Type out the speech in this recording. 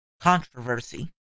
controversy